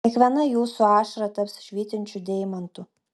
kiekviena jūsų ašara taps švytinčiu deimantu